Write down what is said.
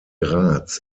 graz